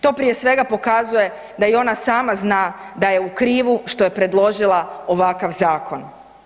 To prije svega pokazuje da i ona sama zna da je u krivu što je predložila ovakav zakon.